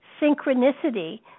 synchronicity